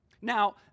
Now